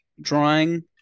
drawing